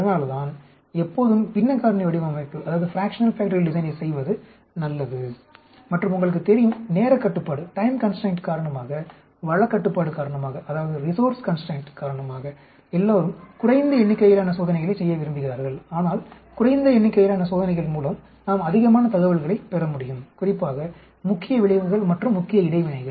அதனால்தான் எப்போதும் பின்ன காரணி வடிவமைப்பைச் செய்வது நல்லது மற்றும் உங்களுக்கு தெரியும் நேரக் கட்டுப்பாடு காரணமாக வளக் கட்டுப்பாடு காரணமாக எல்லோரும் குறைந்த எண்ணிக்கையிலான சோதனைகளை செய்ய விரும்புகிறார்கள் ஆனால் குறைந்த எண்ணிக்கையிலான சோதனைகள் மூலம் நாம் அதிகமான தகவல்களைப் பெற முடியும் குறிப்பாக முக்கிய விளைவுகள் மற்றும் முக்கிய இடைவினைகள்